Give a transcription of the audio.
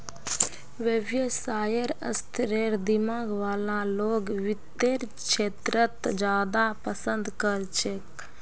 व्यवसायेर स्तरेर दिमाग वाला लोग वित्तेर क्षेत्रत ज्यादा पसन्द कर छेक